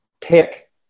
pick